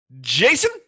Jason